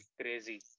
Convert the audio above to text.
Crazy